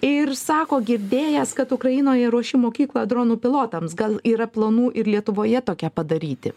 ir sako girdėjęs kad ukrainoje ruoši mokyklą dronų pilotams gal yra planų ir lietuvoje tokią padaryti